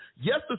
Yes